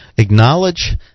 Acknowledge